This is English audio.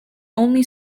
only